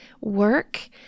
work